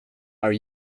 are